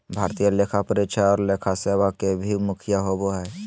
भारतीय लेखा परीक्षा और लेखा सेवा के भी मुखिया होबो हइ